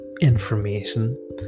information